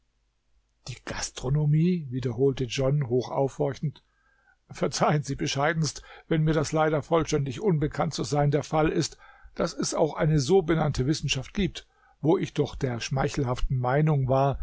die gastronomie die gasternomie wiederholte john hochaufhorchend verzeihen sie bescheidenst wenn mir das leider vollständig unbekannt zu sein der fall ist daß es auch eine sobenannte wissenschaft gibt wo ich doch der schmeichelhaften meinung war